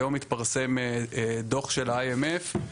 היום התפרסם דוח של ה-IMF.